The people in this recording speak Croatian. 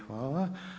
Hvala.